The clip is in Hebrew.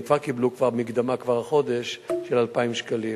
הם קיבלו מקדמה כבר החודש של 2,000 שקלים,